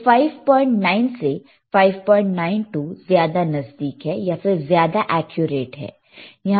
तो 59 से 592 ज्यादा नजदीक है या फिर यह ज्यादा एक्यूरेट है